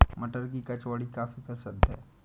मटर की कचौड़ी काफी प्रसिद्ध है